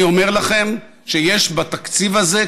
אני אומר לכם שיש בתקציב הזה,